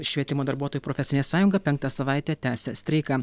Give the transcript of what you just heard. švietimo darbuotojų profesinė sąjunga penkta savaitė tęsia streiką